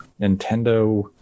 Nintendo